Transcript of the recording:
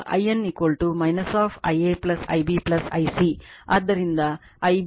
ಹಾಗಿದ್ದಲ್ಲಿ ಅದು 10